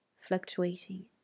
fluctuating